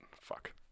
Fuck